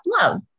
Love